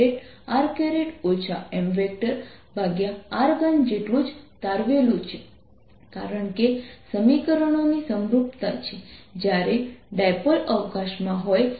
અને તેથી Binside o M M હશે જે 0 છે અને Boutside0 છે કારણ કે H0 છે અને ત્યાં M0 છે